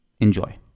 Enjoy